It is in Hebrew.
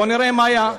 בואו נראה מה היה,